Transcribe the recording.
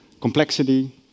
complexity